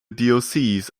diocese